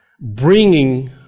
bringing